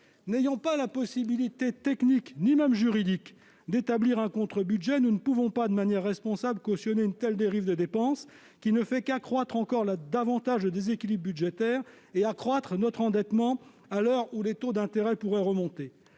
N'ayant pas la possibilité technique ni même juridique d'établir un contre-budget, nous ne pouvons pas, en responsabilité, cautionner une telle dérive de dépenses, qui ne fait qu'accroître encore plus le déséquilibre budgétaire et aggraver notre endettement, à l'heure où les taux d'intérêt pourraient remonter.